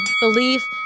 belief